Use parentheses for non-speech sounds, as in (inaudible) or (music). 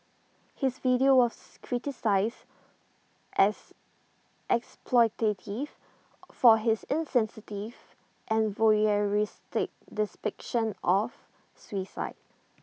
his video was criticised as exploitative for his insensitive and voyeuristic (unintelligible) of suicide